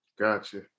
Gotcha